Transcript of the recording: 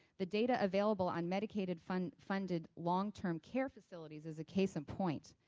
the data available on medicaid funded funded long-term care facilities is a case in point.